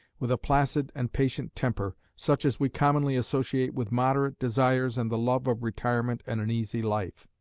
with a placid and patient temper, such as we commonly associate with moderate desires and the love of retirement and an easy life.